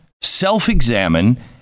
self-examine